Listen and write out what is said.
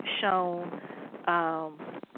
shown